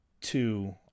two